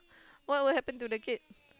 what will happen to the kid